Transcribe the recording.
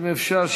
אם אפשר,